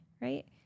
right